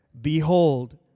behold